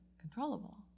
controllable